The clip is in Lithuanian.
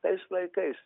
tais laikais